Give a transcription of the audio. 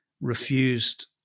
refused